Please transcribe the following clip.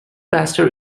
pastor